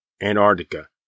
Antarctica